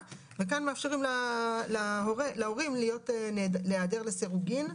וכאן מאפשרים להורים להיעדר לסירוגין.